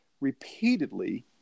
repeatedly